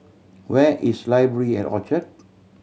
where is Library at Orchard